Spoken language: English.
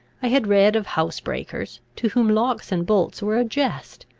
i had read of housebreakers, to whom locks and bolts were a jest,